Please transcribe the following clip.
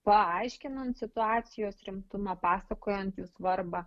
paaiškinant situacijos rimtumą pasakojant jų svarbą